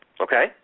Okay